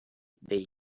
day